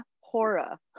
hora